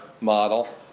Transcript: model